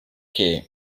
che